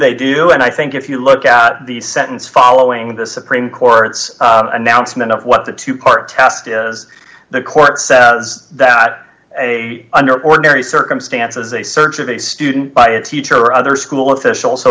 they do and i think if you look at the sentence following the supreme court's announcement of what the two part test as the court said was that a under ordinary circumstances a search of a student by a teacher or other school official so